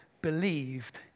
believed